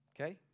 okay